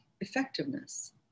effectiveness